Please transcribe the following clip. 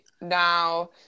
now